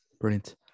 Brilliant